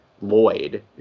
lloyd